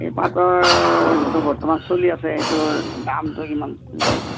এই পাটৰ যিটো বৰ্তমান চলি আছে সেইটোৰ দামটো কিমান